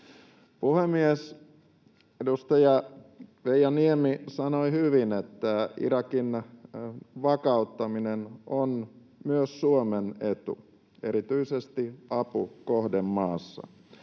Puhemies! Edustaja Veijo Niemi sanoi hyvin, että Irakin vakauttaminen on myös Suomen etu, erityisesti apu kohdemaassa.